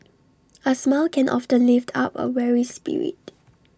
A smile can offend lift up A weary spirit